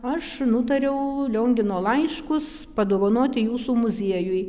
aš nutariau liongino laiškus padovanoti jūsų muziejui